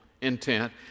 intent